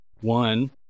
One